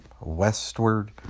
westward